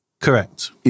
Correct